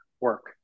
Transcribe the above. work